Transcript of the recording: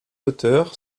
d’auteur